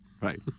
Right